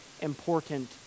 important